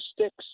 sticks